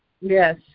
Yes